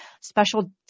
special